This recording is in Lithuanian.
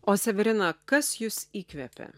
o severina kas jus įkvepia